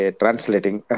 translating